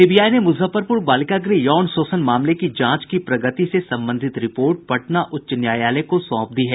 CBI ने मुजफ्फरपुर बालिका गृह यौन शोषण मामले की जांच की प्रगति से संबंधित रिपोर्ट पटना उच्च न्यायालय को सौंप दी है